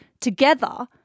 together